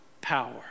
power